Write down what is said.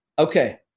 Okay